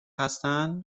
هستن